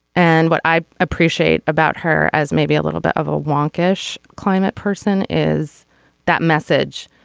and what i appreciate about her as maybe a little bit of a wonk ish climate person is that message